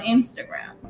Instagram